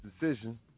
decision